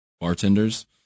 bartenders